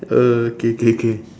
oh K K K